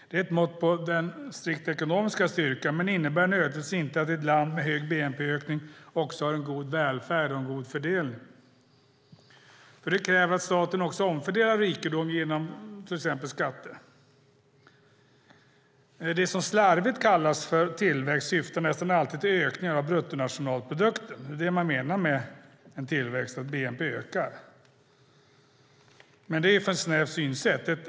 Det är ett mått på den strikt ekonomiska styrkan, men det innebär inte nödvändigtvis att ett land med en hög bnp-ökning också har en god välfärd och en god fördelning. Det kräver att staten också omfördelar rikedom genom till exempel skatter. Det som slarvigt kallas för tillväxt syftar nästan alltid till ökningar av bruttonationalprodukten. Med tillväxt menar man att bnp ökar, men det är ett för snävt synsätt.